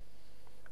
אבל אלה גבולות הפשרה,